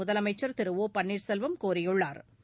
முதலமைச்சா் திரு ஓ பன்னீா்செல்வம் கூறியுள்ளாா்